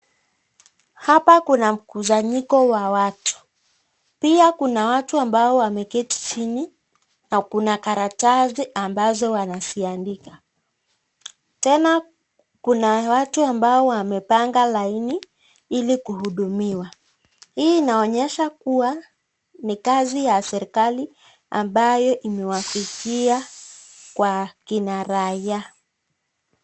Hapa kuna mkusanyiko wa watu pia kuna watu ambao wameketi chini na kuna karatasi ambazo wanasiandika tena kuna watu ambao wamepanga laini ili kuhudumiwa hii inaonyesha kuwa ni kazi ya serikali ambayo imewafikia akina raya.